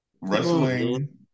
Wrestling